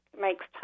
makes